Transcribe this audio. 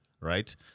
right